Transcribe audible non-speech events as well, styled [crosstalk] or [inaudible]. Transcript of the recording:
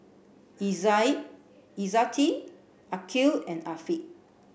[unintelligible] Izzati Aqil and Afiq